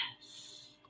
Yes